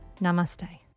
namaste